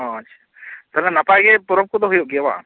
ᱚ ᱟᱪᱪᱷᱟ ᱛᱟᱦᱚᱞᱮ ᱱᱟᱯᱟᱭ ᱜᱮ ᱯᱚᱨᱚᱵᱽ ᱠᱚᱫᱚ ᱦᱩᱭᱩᱜ ᱜᱮᱭᱟ ᱵᱟᱝ